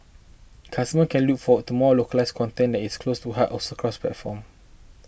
customers can look forward to more localised content that is close to hearts also across platforms